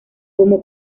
como